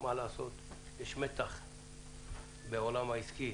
זה נושא שאני מתעסקת בו למעלה מעשור,